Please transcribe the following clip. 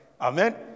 Amen